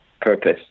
purpose